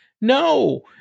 No